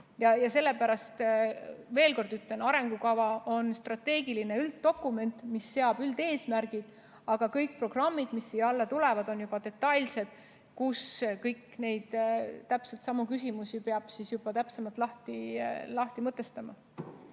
Sellepärast veel kord ütlen: arengukava on strateegiline dokument, mis seab üldeesmärgid. Aga kõik programmid, mis siia alla tulevad, on juba detailsed, kus kõiki küsimusi peab juba täpsemalt lahti mõtestama.